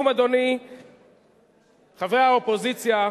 אדוני, לסיום: חברי האופוזיציה,